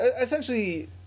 essentially